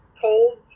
told